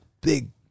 big